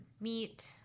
meat